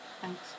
Thanks